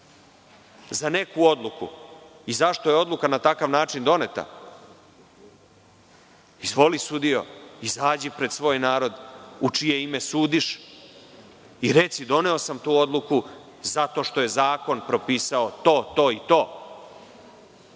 za neku odluku i zašto je odluka na takav način doneta, izvoli sudijo, izađi pred svoj narod, u čije ime sudiš, i reci – doneo sam tu odluku zato što je zakon propisao to, to i to,